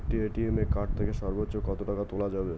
একটি ATM card থেকে সর্বোচ্চ কত টাকা তোলা যাবে?